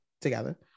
together